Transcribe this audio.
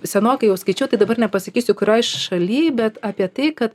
senokai jau skaičiau tai dabar nepasakysiu kurioj šaly bet apie tai kad